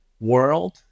world